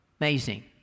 Amazing